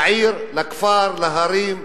לעיר, לכפר, להרים,